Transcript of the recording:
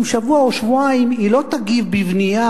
אם שבוע או שבועיים היא לא תגיב בבנייה